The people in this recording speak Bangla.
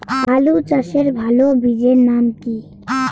আলু চাষের ভালো বীজের নাম কি?